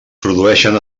produeixen